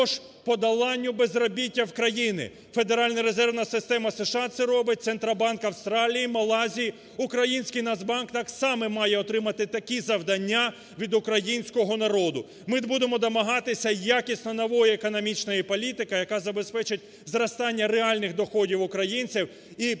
також подоланню безробіття в країні. Федеральна резервна система США це робить, Центробанк Австралії, Малайзії. Український Нацбанк так само має отримати такі завдання від українського народу. Ми будемо домагатися якісно нової економічної політики, яка забезпечить зростання реальних доходів українців і перспективу